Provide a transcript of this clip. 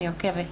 אני עוקבת.